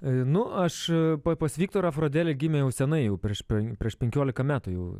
nu aš pa pas viktorą frodelį gimė jau senai jau prieš pen prieš penkiolika metų jau